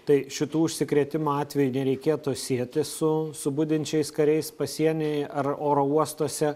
tai šitų užsikrėtimo atvejų nereikėtų sieti su su budinčiais kariais pasieny ar oro uostuose